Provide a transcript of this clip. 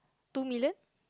two million